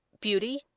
Beauty